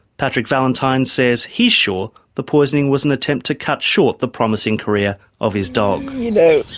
patrick valentine says he's sure the poisoning was an attempt to cut short the promising career of his dog. you know,